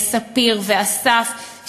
ספיר ואסף,